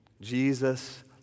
Jesus